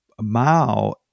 Mao